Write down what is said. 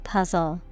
Puzzle